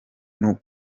kuno